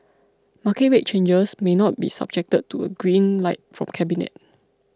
market rate changes may not be subject to a green light from cabinet